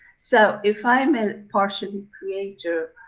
so if i'm a partially creator.